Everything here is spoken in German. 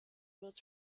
wird